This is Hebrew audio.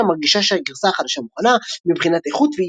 מרגישה שהגרסה החדשה מוכנה – מבחינת איכות ויציבות.